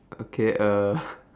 okay uh (ppl